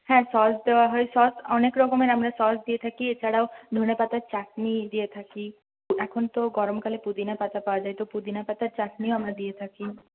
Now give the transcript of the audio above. হ্যাঁ সস দেওয়া হয় সস অনেক রকমের আমরা সস দিয়ে থাকি এছাড়াও ধনেপাতার চাটনি দিয়ে থাকি এখন তো গরমকালে পুদিনা পাতা পাওয়া যায় তো পুদিনা পাতার চাটনিও আমরা দিয়ে থাকি